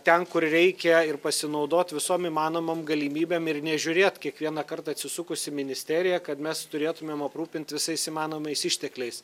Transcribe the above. ten kur reikia ir pasinaudot visom įmanomom galimybėm ir nežiūrėt kiekvieną kartą atsisukus į ministeriją kad mes turėtumėm aprūpint visais įmanomais ištekliais